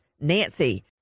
Nancy